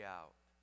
out